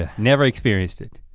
ah never experienced it.